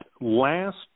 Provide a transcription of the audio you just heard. last